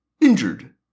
Injured